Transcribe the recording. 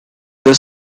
their